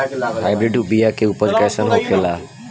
Hybrid बीया के उपज कैसन होखे ला?